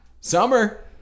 Summer